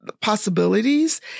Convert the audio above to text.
possibilities